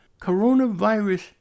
Coronavirus